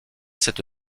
cette